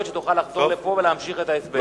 שתוכל לחזור לפה ולהמשיך בהן את ההסבר.